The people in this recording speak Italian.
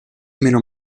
meno